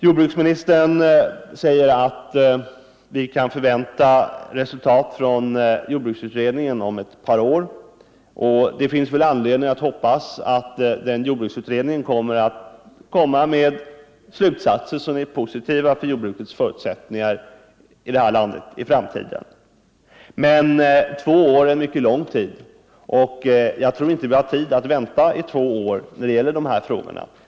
Jordbruksministern säger att vi kan förvänta resultaten från jordbruksutredningen om ett par år, och det finns all anledning hoppas att den utredningen då kommer att presentera slutsatser som är positiva för jordbrukets förutsättningar här i landet i framtiden. Men två år är en mycket lång tid, och jag tror inte att vi kan vänta så länge när det gäller dessa frågor.